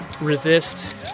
resist